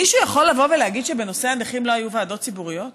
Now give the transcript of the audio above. מישהו יכול לבוא ולהגיד שבנושא הנכים לא היו ועדות ציבוריות?